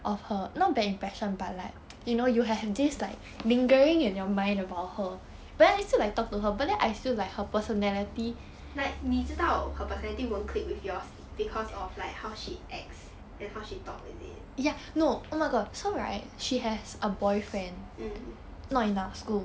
like 你知道 her personality won't click with yours because of like how she acts and how she talk is it mm